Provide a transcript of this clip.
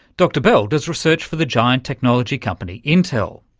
dr bell does research for the giant technology company intel.